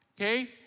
Okay